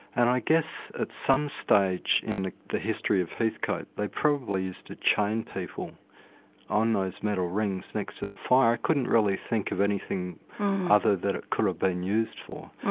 and i guess at some stage in the the history of heathcote they probably used to chain people on those metal rings next to the fire. i couldn't really think of anything other that it could have been used for.